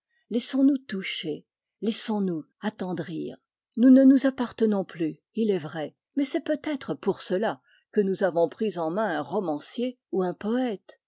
laissons-nous toucher laissons-nous attendrir nous ne nous appartenons plus il est vrai mais c'est peut-être pour cela que nous avons pris en main un romancier ou un poète